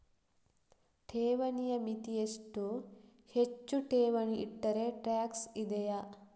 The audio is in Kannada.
ಠೇವಣಿಯ ಮಿತಿ ಎಷ್ಟು, ಹೆಚ್ಚು ಠೇವಣಿ ಇಟ್ಟರೆ ಟ್ಯಾಕ್ಸ್ ಇದೆಯಾ?